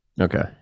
Okay